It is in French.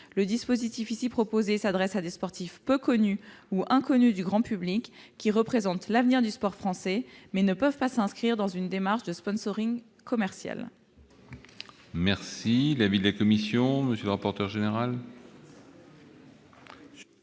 Le dispositif proposé ici s'adresse à des sportifs peu connus ou inconnus du grand public, qui représentent l'avenir du sport français, mais qui ne peuvent pas s'inscrire dans une démarche de commercial.